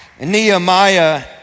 Nehemiah